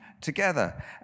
together